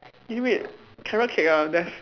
eh wait carrot cake ah there's